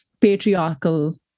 patriarchal